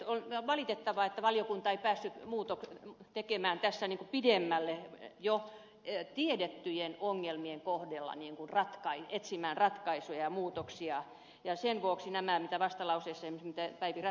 on valitettavaa että valiokunta ei päässyt pidemmälle etsimään jo tiedettyjen ongelmien kohdalla ratkaisuja ja muutoksia ja sen vuoksi tämä lausumaehdotus jonka ed